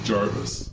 Jarvis